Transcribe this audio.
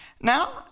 Now